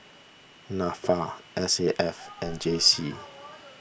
Nafa S A F and J C